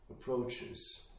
approaches